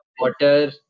water